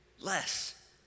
less